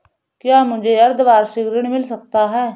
क्या मुझे अर्धवार्षिक ऋण मिल सकता है?